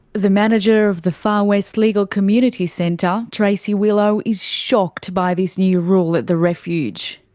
the manager of the far west legal community centre, tracey willow, is shocked by this new rule at the refuge.